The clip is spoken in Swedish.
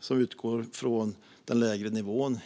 som utgår från den lägre nivån.